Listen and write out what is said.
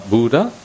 Buddha